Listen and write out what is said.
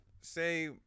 say